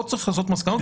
פה צריך להסיק מסקנות.